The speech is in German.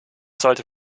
sollte